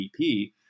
gdp